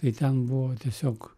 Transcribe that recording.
tai ten buvo tiesiog